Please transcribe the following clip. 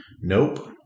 Nope